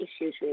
issues